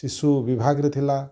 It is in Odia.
ଶିଶୁ ବିଭାଗରେ ଥିଲା